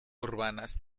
urbanas